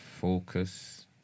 focus